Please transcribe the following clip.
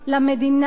לחברה,